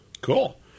Cool